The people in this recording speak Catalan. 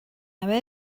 haver